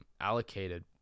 allocated